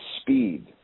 speed